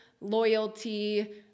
loyalty